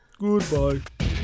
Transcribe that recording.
Goodbye